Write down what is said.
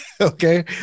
okay